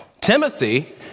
Timothy